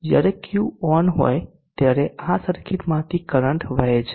જ્યારે Q on હોય ત્યારે આ સર્કિટ માંથી કરંટ વહે છે